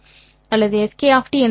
Si அல்லது Sk என்று சொல்லுங்கள்